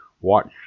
watch